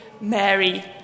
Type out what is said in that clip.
Mary